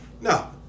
No